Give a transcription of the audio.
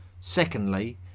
Secondly